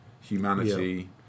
humanity